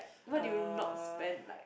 what do you not spend like